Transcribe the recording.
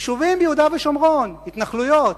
יישובים ביהודה ושומרון, התנחלויות,